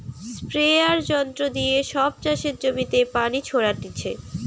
স্প্রেযাঁর যন্ত্র দিয়ে সব চাষের জমিতে পানি ছোরাটিছে